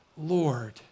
Lord